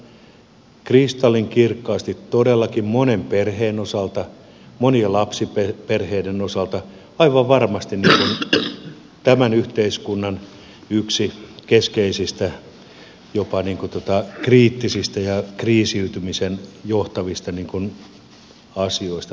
ne ovat kristallinkirkkaasti todellakin monen perheen osalta monien lapsiperheiden osalta aivan varmasti tämän yhteiskunnan yksi keskeisistä jopa kriittisistä ja kriisiytymiseen johtavista asioista